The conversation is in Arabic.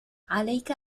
عليك